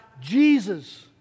Jesus